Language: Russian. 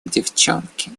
девчонки